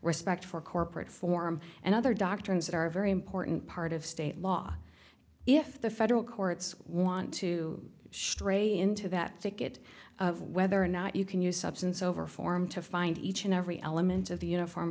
respect for corporate form and other doctrines that are very important part of state law if the federal courts want to shreya into that thicket of whether or not you can use substance over form to find each and every element of the uniform